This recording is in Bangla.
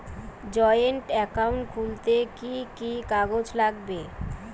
জয়েন্ট একাউন্ট খুলতে কি কি কাগজ লাগবে?